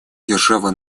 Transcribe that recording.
державы